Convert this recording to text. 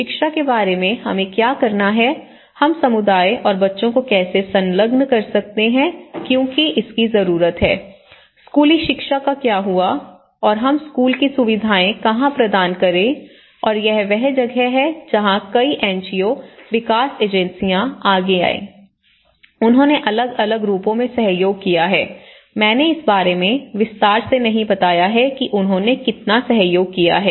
शिक्षा के बारे में हमें क्या करना है हम समुदाय और बच्चों को कैसे संलग्न कर सकते हैं क्योंकि इसकी जरूरत है स्कूली शिक्षा का क्या हुआ और हम स्कूल की सुविधाएं कहां प्रदान करें और यह वह जगह है जहां कई एनजीओ विकास एजेंसियां आगे आए उन्होंने अलग अलग रूपों में सहयोग किया है मैंने इस बारे में विस्तार से नहीं बताया है कि उन्होंने कितना सहयोग किया है